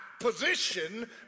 position